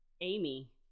Amy